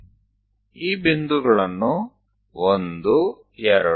આ 123456 બિંદુઓ આ 78910 બિંદુઓ